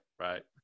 Right